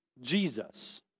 Jesus